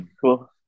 Cool